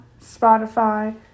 Spotify